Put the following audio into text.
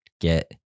get